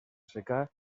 secà